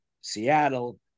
Seattle